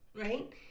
Right